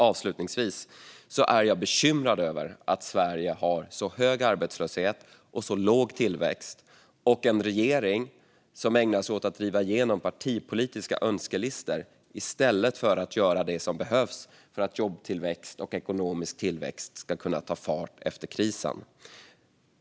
Avslutningsvis: Jag är bekymrad över att Sverige har så hög arbetslöshet, så låg tillväxt och en regering som ägnar sig åt att driva igenom partipolitiska önskelistor i stället för att göra det som behövs för att jobbtillväxt och ekonomisk tillväxt ska kunna ta fart efter krisen.